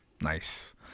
Nice